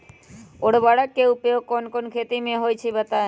उर्वरक के उपयोग कौन कौन खेती मे होई छई बताई?